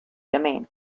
domain